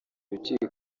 urukiko